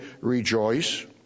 rejoice